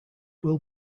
will